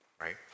right